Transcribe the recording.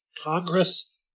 Congress